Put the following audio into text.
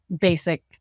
basic